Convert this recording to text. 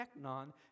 technon